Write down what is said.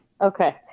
okay